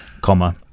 comma